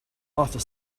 after